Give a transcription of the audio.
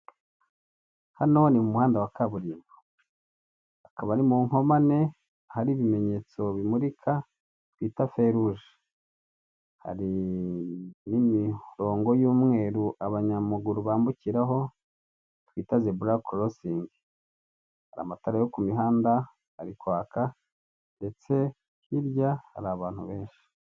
Hano ni muhanda wa kaburimbo hakaba ari mu nkomane hari ibimenyetso bimurika twita feruje, hari n'imirongo y'umweru abanyamaguru bambukiraho twita zebura korosingi, hari amatara yo ku mihanda ari kwaka ndetse hirya hari abantu benshi.